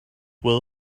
well